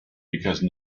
because